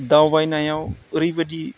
दावबायनायाव ओरैबायदि